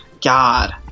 God